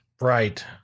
Right